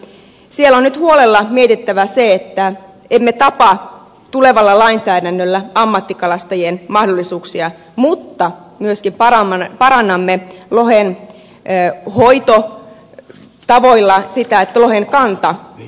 siellä on nyt huolella mietittävä se että emme tapa tulevalla lainsäädännöllä ammattikalastajien mahdollisuuksia mutta myöskin parannamme lohen hoitotavoilla sitä että lohen kanta paranee